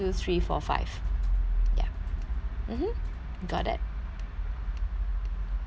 ya mmhmm you got that